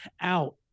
out